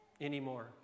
anymore